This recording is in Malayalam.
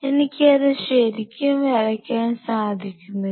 എനിക്കത് ശരിക്കും വരയ്ക്കാൻ സാധിക്കുന്നില്ല